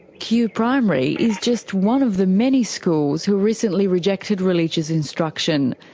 kew primary is just one of the many schools who recently rejected religious instruction.